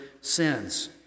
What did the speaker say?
sins